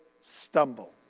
stumble